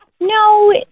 no